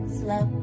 slow